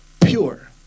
pure